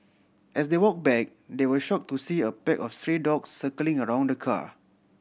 as they walk back they were shock to see a pack of stray dogs circling around the car